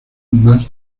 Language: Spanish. más